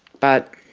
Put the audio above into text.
but